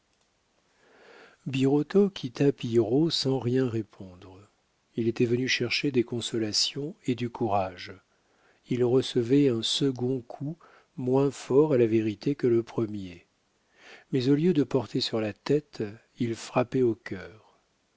birotteau quitta pillerault sans rien répondre il était venu chercher des consolations et du courage il recevait un second coup moins fort à la vérité que le premier mais au lieu de porter sur la tête il frappait au cœur